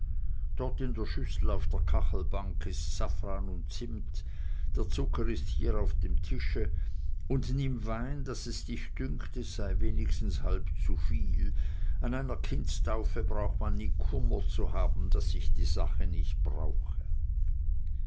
dort in der schüssel auf der kachelbank ist safran und zimmet der zucker ist hier auf dem tische und nimm wein daß es dich dünkt es sei wenigstens halb zuviel an einer kindstaufe braucht man nie kummer zu haben daß sich die sache nicht brauche